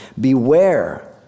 beware